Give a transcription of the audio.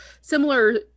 similar